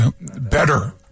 better